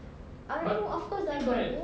I know of course dah buat apa